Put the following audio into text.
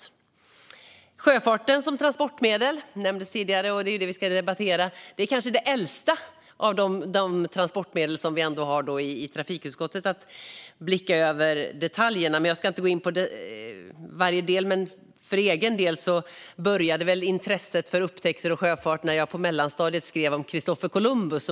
Vi debatterar alltså sjöfarten som transportmedel, och sjöfarten är kanske det äldsta av de transportmedel som vi i trafikutskottet ska överblicka. Jag ska inte gå in på varje del, men för min egen del började väl intresset för upptäckter och sjöfart när jag på mellanstadiet skrev om Christofer Columbus.